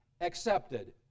accepted